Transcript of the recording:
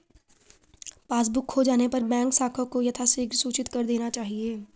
passbook खो जाने पर बैंक शाखा को यथाशीघ्र सूचित कर देना चाहिए